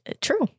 true